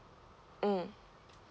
mm